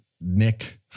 Nick